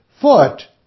foot